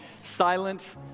Silent